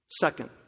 Second